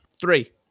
Three